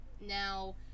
Now